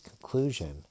conclusion